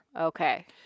Okay